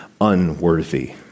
unworthy